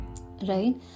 right